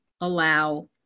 allow